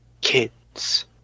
kids